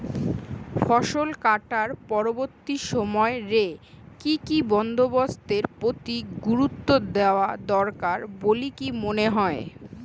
ফসলকাটার পরবর্তী সময় রে কি কি বন্দোবস্তের প্রতি গুরুত্ব দেওয়া দরকার বলিকি মনে হয়?